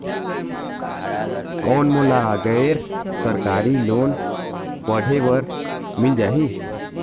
कौन मोला गैर सरकारी लोन पढ़े बर मिल जाहि?